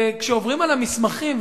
וכשעוברים על המסמכים,